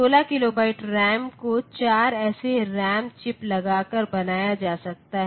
फिर 16KB RAM को चार ऐसे रैम चिप लगाकर बनाया जा सकता है